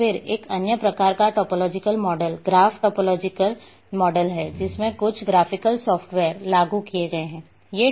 और फिर एक अन्य प्रकार का topological model graph topological model है जिसमें कुछ ग्राफिकल सॉफ्टवेयर लागू किए गए हैं